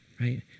right